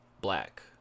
black